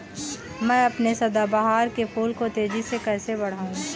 मैं अपने सदाबहार के फूल को तेजी से कैसे बढाऊं?